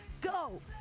Go